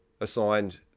assigned